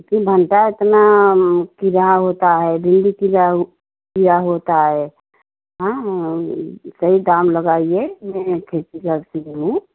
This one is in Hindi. फिर भंटा इतना खीरा होता है भींडी खीरा वह खीरा होता है हाँ सही दाम लगाइए मैं खेती करती हूँ